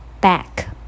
Back